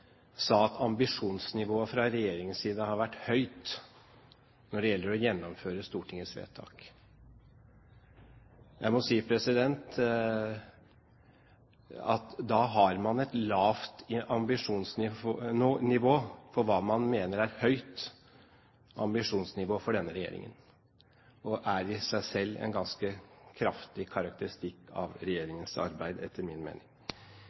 sa at ambisjonsnivået fra regjeringens side har vært høyt når det gjelder å gjennomføre Stortingets vedtak. Jeg må si at da har man et lavt ambisjonsnivå for hva man mener er «høyt» ambisjonsnivå i denne regjeringen. Det er i seg selv en ganske kraftig karakteristikk av regjeringens arbeid, etter min mening.